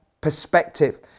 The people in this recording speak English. perspective